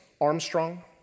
Armstrong